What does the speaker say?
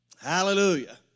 Hallelujah